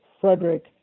Frederick